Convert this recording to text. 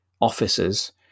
officers